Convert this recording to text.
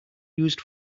used